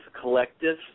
collective